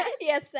Yes